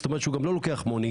זאת אומרת שהם לא לוקחים מונית,